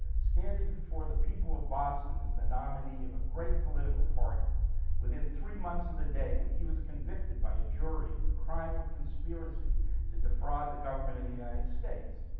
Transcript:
standing before the people of boston as the nominee of a great political party within three months of the day when he was convicted by a jury in the crime of conspiracy to defraud the government of the united states.